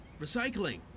Recycling